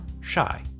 Shy